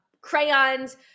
crayons